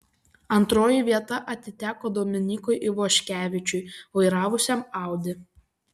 antroji vieta atiteko dominykui ivoškevičiui vairavusiam audi